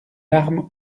larmes